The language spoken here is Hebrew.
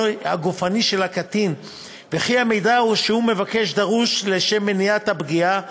של הקטין וכי המידע שהוא מבקש דרוש לשם מניעת הפגיעה,